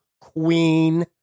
Queen